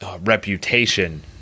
reputation